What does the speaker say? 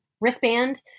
wristband